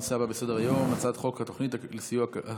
הנושא הבא בסדר-היום: הצעת חוק התוכנית לסיוע כלכלי